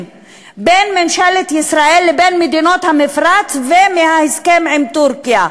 בין ממשלת ישראל לבין מדינות המפרץ ומההסכם עם טורקיה.